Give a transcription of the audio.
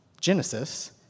Genesis